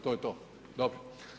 To je to, dobro.